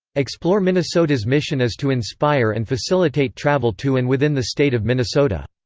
explore minnesota's mission is to inspire and facilitate travel to and within the state of minnesota.